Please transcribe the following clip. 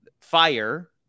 fire